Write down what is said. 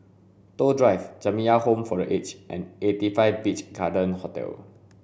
Toh Drive Jamiyah Home for the Aged and eighty five Beach Garden Hotel